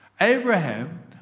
Abraham